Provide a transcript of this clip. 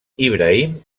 ibrahim